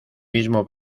mismo